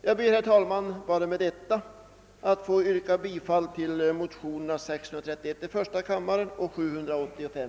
Jag ber med detta, herr talman, att få yrka bifall till motionerna I:631 och II: 785.